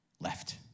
left